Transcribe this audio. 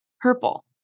Purple